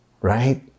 right